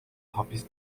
hapis